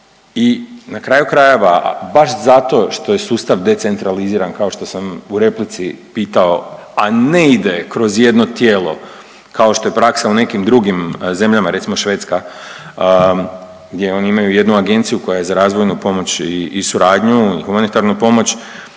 I na kraju krajeva, a baš zato što je sustav decentraliziran kao što sam u replici pitao a ne ide kroz jedno tijelo kao što je praksa u nekim drugim zemljama recimo Švedska gdje oni imaju jednu agenciju koja je za razvojnu pomoć i suradnju i humanitarnu pomoć.